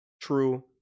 true